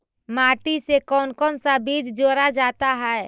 माटी से कौन कौन सा बीज जोड़ा जाता है?